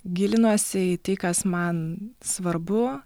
gilinuosi į tai kas man svarbu